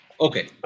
okay